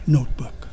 Notebook